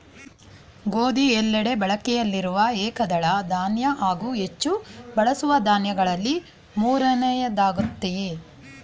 ಗೋಧಿ ಎಲ್ಲೆಡೆ ಬಳಕೆಯಲ್ಲಿರುವ ಏಕದಳ ಧಾನ್ಯ ಹಾಗೂ ಹೆಚ್ಚು ಬಳಸುವ ದಾನ್ಯಗಳಲ್ಲಿ ಮೂರನೆಯದ್ದಾಗಯ್ತೆ